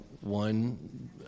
one